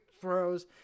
throws